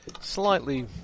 slightly